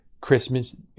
Christmas